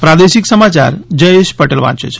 પ્રાદેશિક સમાચાર જયેશ પટેલ વાંચે છે